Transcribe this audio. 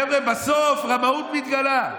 חבר'ה, בסוף רמאות מתגלה.